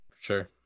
Sure